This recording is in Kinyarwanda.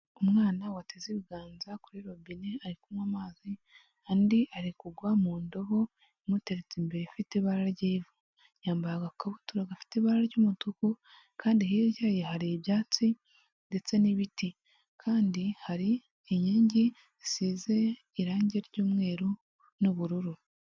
Umwana wateze ibiganza kuri robine ari kunywa amazi andi ari kugwa mu indobo imuteretse imbere ifite ibara ry'ivu, yambaye agakabutura gafite ibara ry'umutuku kandi hirya ye hari ibyatsi ndetse n'ibiti, kandi hari inkingi zisize irangi ry'umweru n'ubururu.